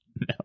No